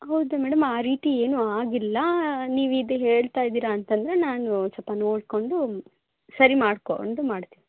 ಹೌದು ಮೇಡಂ ಆ ರೀತಿ ಏನೂ ಆಗಿಲ್ಲ ನೀವು ಇದು ಹೇಳ್ತಾ ಇದ್ದೀರ ಅಂತ ಅಂದರೆ ನಾನು ಸ್ವಲ್ಪ ನೋಡಿಕೊಂಡು ಸರಿ ಮಾಡ್ಕೊಂಡು ಮಾಡ್ತೀನಿ